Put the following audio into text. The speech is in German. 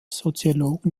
soziologen